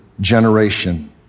generation